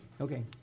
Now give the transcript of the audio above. Okay